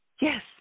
Yes